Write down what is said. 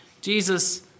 Jesus